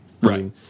right